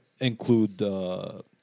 include